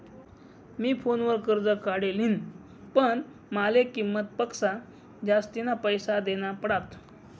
मी फोनवर कर्ज काढी लिन्ह, पण माले किंमत पक्सा जास्तीना पैसा देना पडात